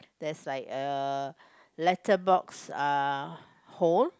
there's like a uh letter box uh hole